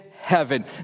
heaven